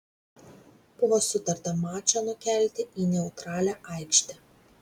buvo sutarta mačą nukelti į neutralią aikštę